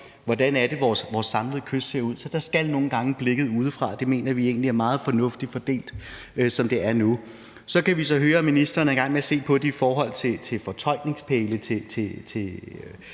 hvordan vores samlede kyst ser ud. Så der skal nogle gange et blik på det udefra, og vi mener egentlig, det er meget fornuftigt fordelt, som det er nu. Så kan vi høre, at ministeren er i gang med at se på det i forhold til fortøjningspæle